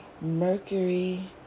Mercury